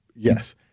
Yes